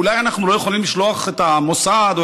אולי אנחנו לא יכולים לשלוח את המוסד או